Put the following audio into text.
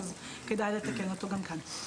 כדאי לתקן אותו גם כאן.